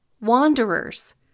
wanderers